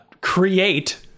create